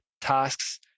tasks